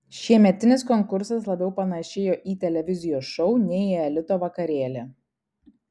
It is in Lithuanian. šiemetinis konkursas labiau panašėjo į televizijos šou nei į elito vakarėlį